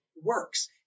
works